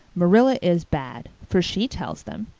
marilla is bad, for she tells them.